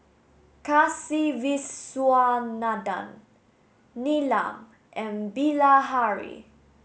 Kasiviswanathan Neelam and Bilahari